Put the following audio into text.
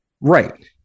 Right